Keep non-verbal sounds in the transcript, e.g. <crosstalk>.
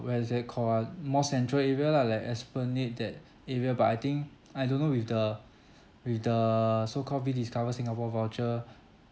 where is that called ah more central area lah like esplanade that area but I think I don't know with the with the so called rediscover singapore voucher <breath>